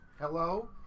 hello